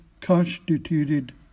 constituted